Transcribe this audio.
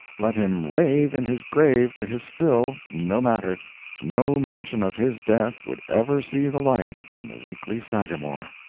let him rave in his grave to his fill, no matter no mention of his death would ever see the light in the weekly sagamore.